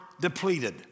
depleted